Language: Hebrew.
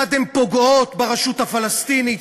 כיצד הן פוגעות ברשות הפלסטינית,